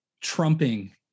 trumping